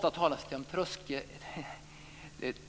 Det talas ofta om